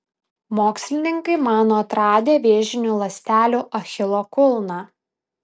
mokslininkai mano atradę vėžinių ląstelių achilo kulną